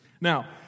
Now